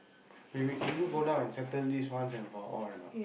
wait wait can you go down and settle this once and for all or not